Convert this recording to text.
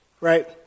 right